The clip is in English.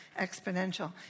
exponential